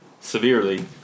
severely